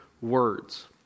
words